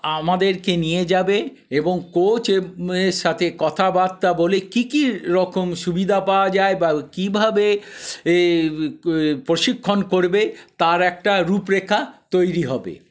আমাদেরকে নিয়ে যাবে এবং কোচ সাথে কথাবার্তা বলে কি কিরকম সুবিধা পাওয়া যায় বা কীভাবে প্রশিক্ষণ করবে তার একটা রূপরেখা তৈরি হবে